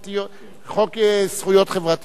זכויות חברתיות.